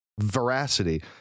veracity